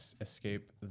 escape